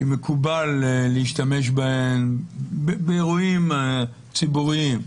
שמקובל להשתמש בהן באירועים ציבוריים,